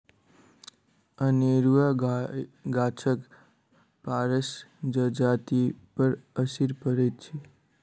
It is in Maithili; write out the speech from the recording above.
अनेरूआ गाछक पसारसँ जजातिपर असरि पड़ैत छै